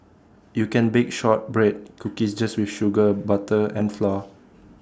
you can bake Shortbread Cookies just with sugar butter and flour